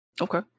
Okay